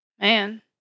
Man